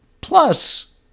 Plus